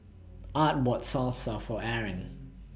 Art bought Salsa For Erin